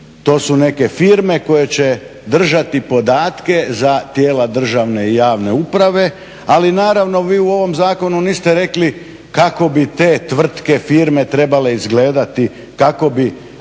To su neke firme koje će držati podatke za tijela državne i javne uprave, ali naravno vi u ovom zakonu niste rekli kako bi te tvrtke, firme trebale izgledati, kako bi,